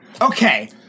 Okay